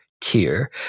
tier